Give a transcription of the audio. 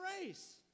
race